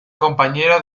compañero